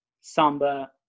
Samba